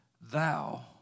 thou